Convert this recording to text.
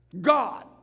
God